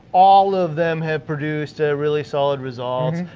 all of them have produced really solid results.